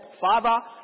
father